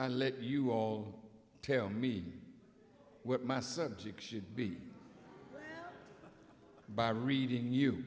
i let you all tell me what my subject should be by reading you